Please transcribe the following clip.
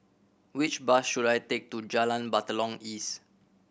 which bus should I take to Jalan Batalong East